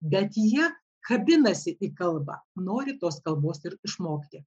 bet jie kabinasi į kalbą nori tos kalbos ir išmokti